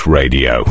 radio